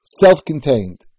self-contained